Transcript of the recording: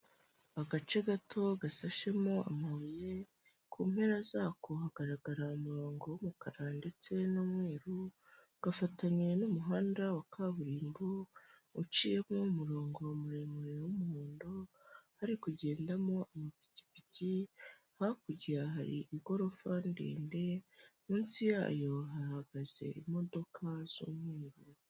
Agace gato gasashemo amabuye ku mpera zako hagarara umurongo w'umukara ndetse n'umweru gafatanye n'umuhanda wa kaburimbo uciyemo umurongo muremure w'umuhondo hari kugendamo amapikipiki hakurya hari igorofa ndende munsi yayo hahagaze imodoka z'umweru.